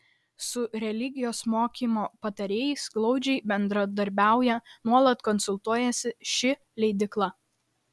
su religijos mokymo patarėjais glaudžiai bendradarbiauja nuolat konsultuojasi ši leidykla